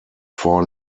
four